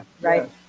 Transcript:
Right